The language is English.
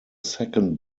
second